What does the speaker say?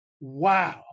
wow